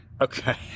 Okay